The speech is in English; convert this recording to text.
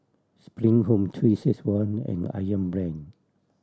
Spring Home Three Six One and Ayam Brand